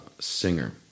singer